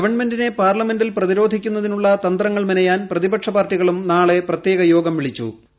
ഗവൺമെന്റിനെ പാർലമെന്റിൽ പ്രതിരോധിക്കുന്നതിനുള്ള തന്ത്രങ്ങൾ മെനയാൻ പ്രതിപക്ഷ പാർട്ടികളും നാളെ പ്രത്യേകം യോഗം വിളിച്ചു ചേർത്തിട്ടുണ്ട്